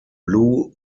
blue